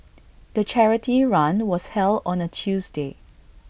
the charity run was held on A Tuesday